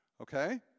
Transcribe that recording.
Okay